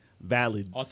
valid